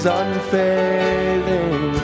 unfailing